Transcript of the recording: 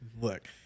look